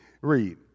Read